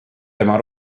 tema